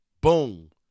Boom